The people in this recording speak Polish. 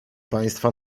państwa